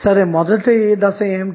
కాబట్టి మొదటిదశ ఏమిటి